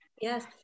yes